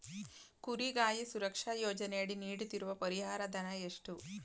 ಕುರಿಗಾಹಿ ಸುರಕ್ಷಾ ಯೋಜನೆಯಡಿ ನೀಡುತ್ತಿರುವ ಪರಿಹಾರ ಧನ ಎಷ್ಟು?